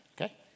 okay